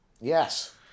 Yes